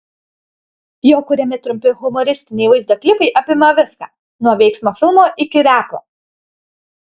jo kuriami trumpi humoristiniai vaizdo klipai apima viską nuo veiksmo filmo iki repo